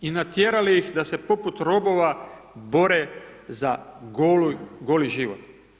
I natjerali ih da se poput robova, bore za goli život.